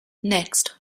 next